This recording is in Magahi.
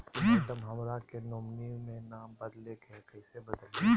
मैडम, हमरा के नॉमिनी में नाम बदले के हैं, कैसे बदलिए